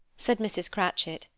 said mrs. cratchit,